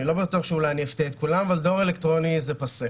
אני לא בטוח שאני אפתיע את כולם אבל דואר אלקטרוני זה פסה